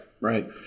right